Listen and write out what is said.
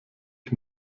ich